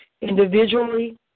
individually